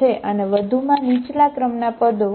છે અને વધુમાં નીચલા ક્રમના પદો છે